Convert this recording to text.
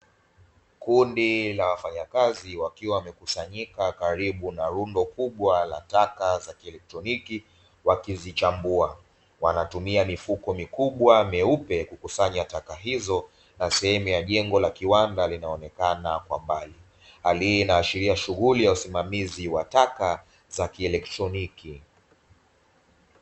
Kundi la wafanyakazi, wakiwa wamekusanyika karibu na rundo kubwa la taka za kielektroniki wakizichambua. Wanatumia mifuko mikubwa myeupe kukusanya taka hizo, na sehemu ya jengo la kiwanda linaonekana kwa mbali. Hali hii inaashiria shughuli ya usimamizi wa taka za kielektroniki.